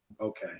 Okay